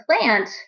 plant